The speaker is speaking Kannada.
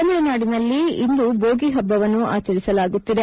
ತಮಿಳುನಾಡಿನಲ್ಲಿ ಇಂದು ಬೋಗಿ ಹಬ್ಬವನ್ನು ಆಚರಿಸಲಾಗುತ್ತಿದೆ